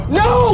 no